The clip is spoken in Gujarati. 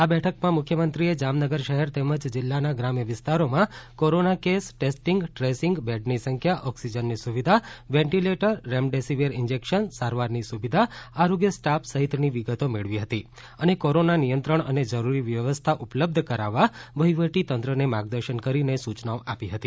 આ બેઠકમાં મુખ્યમંત્રીએ જામનગર શહેર તેમજ જિલ્લાના ગ્રામ્ય વિસ્તારોમાં corona case testing tracing covid dedicated હોસ્પિટલો બેડની સંખ્યા ઓકિસજનની સુવિધા વેન્ટીલેટરરેમડેસિવિર ઈન્જેકશન સારવારની સુવિધા આરોગ્ય સ્ટાફ સહિતની વિગતો મેળવી હતી અને કોરોના નિયંત્રણ અને જરૂરી વ્યવસ્થા ઉપલબ્ધ કરાવવા વહીવટી તંત્રને માર્ગદર્શન કરીને સૂચનાઓ આપી હતી